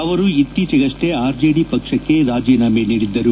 ಅವರು ಇತ್ತೀಚೆಗಷ್ಷೇ R J D ಪಕ್ಷಕ್ಕೆ ರಾಜೀನಾಮೆ ನೀಡಿದ್ದರು